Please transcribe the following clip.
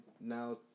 now